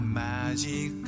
magic